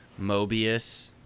Mobius